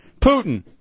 Putin